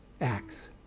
acts